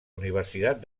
universitat